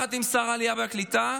יחד עם שר העלייה והקליטה,